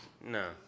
No